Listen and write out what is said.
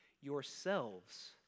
yourselves